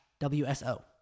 WSO